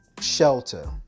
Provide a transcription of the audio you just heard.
shelter